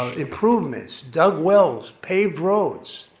ah improvements, dug wells, paved roads.